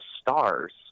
stars